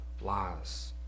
lies